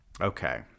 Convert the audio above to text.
Okay